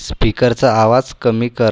स्पीकरचा आवाज कमी कर